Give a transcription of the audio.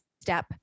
step